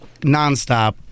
nonstop